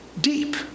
deep